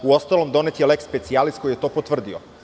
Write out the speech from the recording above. Uostalom, donet je lex specialis koji je to potvrdio.